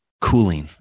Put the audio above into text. cooling